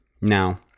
Now